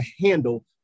handle